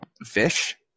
Fish